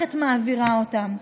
המערכת מעבירה אותם?